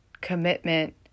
commitment